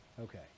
Okay